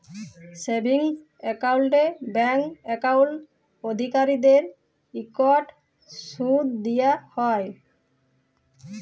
savings একাউল্টে bank account অধিকারীদেরকে ইকট সুদ দিয়া হ্যয়